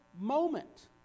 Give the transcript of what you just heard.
moment